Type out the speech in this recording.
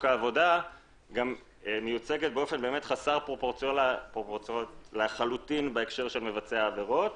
העבודה מיוצגת באופן חסר פרופורציות לחלוטין בהקשר של מבצעי העבירות.